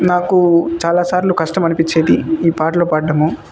నాకు చాలాసార్లు కష్టం అనిపించేది ఈ పాటలు పాడడము